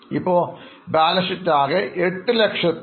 ഇപ്പോൾ balance sheet ആകെ 825000 ആയി